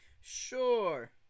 Sure